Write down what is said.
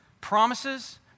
promises